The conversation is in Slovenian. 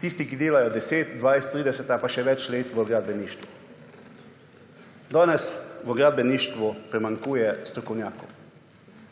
tisti, ki delajo 10, 20, 30 ali pa še več let v gradbeništvu. Danes v gradbeništvu primanjkuje strokovnjakov.